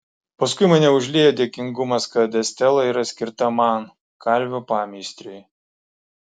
paskui mane užliejo dėkingumas kad estela yra skirta man kalvio pameistriui